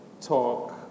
talk